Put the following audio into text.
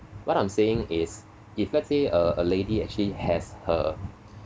what I'm saying is if let's say a a lady actually has her